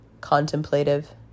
contemplative